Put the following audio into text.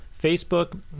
Facebook